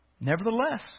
Nevertheless